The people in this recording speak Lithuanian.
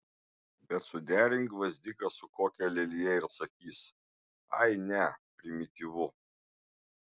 bet suderink gvazdiką su kokia lelija ir sakys ai ne primityvu